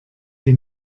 die